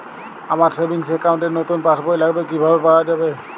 আমার savings account র নতুন পাসবই লাগবে কিভাবে পাওয়া যাবে?